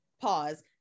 pause